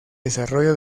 desarrollo